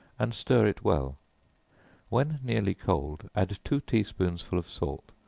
and stir it well when nearly cold, add two tea-spoonsful of salt,